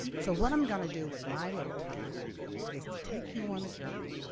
so what i'm going to do with my little time is to take you on a journey.